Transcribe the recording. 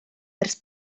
ers